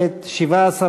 תשע"ד,